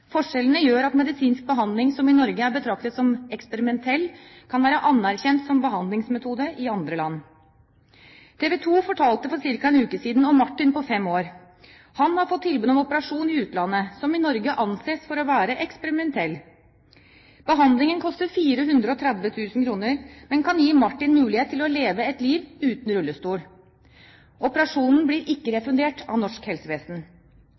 Forskjellene gjør at medisinsk behandling som i Norge er betraktet som «eksperimentell», kan være anerkjent som behandlingsmetode i andre land. TV 2 fortalte for ca. en uke siden om Martin på fem år. Han har fått tilbud om operasjon i utlandet som i Norge anses for å være eksperimentell. Behandlingen koster 430 000 kr, men kan gi Martin mulighet til å leve et liv uten rullestol. Operasjonen blir ikke refundert av norsk helsevesen.